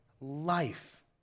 life